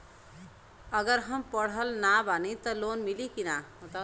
अगर हम पढ़ल ना बानी त लोन मिली कि ना?